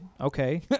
okay